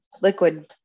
liquid